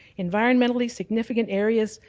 environmentally-significant areas,